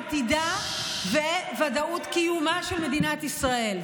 על חשבון עתידה וודאות קיומה של מדינת ישראל.